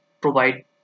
provide